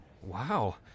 Wow